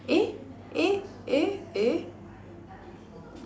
eh eh eh eh